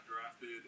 drafted